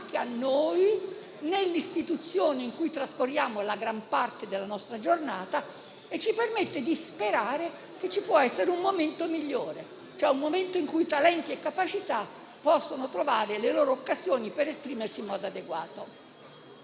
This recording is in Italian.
migliore, in cui talenti e capacità possano trovare le loro occasioni per esprimersi in modo adeguato. Devo dire che i ringraziamenti non possono finire qui. Ho partecipato diverse volte quest'anno agli incontri mensili del sabato promossi dalla